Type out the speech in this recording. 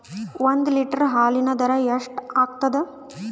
ಒಂದ್ ಲೀಟರ್ ಹಾಲಿನ ದರ ಎಷ್ಟ್ ಆಗತದ?